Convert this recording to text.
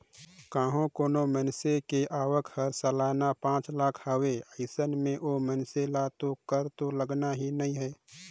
कंहो कोनो मइनसे के आवक हर सलाना पांच लाख हवे अइसन में ओ मइनसे ल तो कर तो लगना ही नइ हे